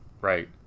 right